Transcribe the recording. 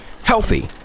Healthy